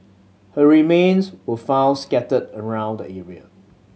her remains were found scattered around the area